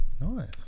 Nice